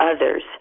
others